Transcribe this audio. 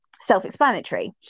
self-explanatory